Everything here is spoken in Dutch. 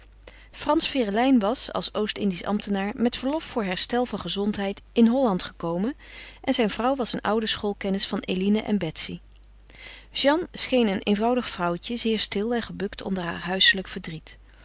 frans ferelijn was als oost-indisch ambtenaar met verlof voor herstel van gezondheid in holland gekomen en zijn vrouw was een oude schoolkennis van eline en betsy jeanne scheen een eenvoudig vrouwtje zeer stil en gebukt onder haar huiselijk verdriet